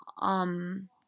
Um